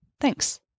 Thanks